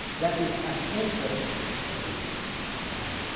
that is an interest in obedience. right?